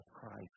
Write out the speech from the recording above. Christ